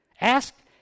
Ask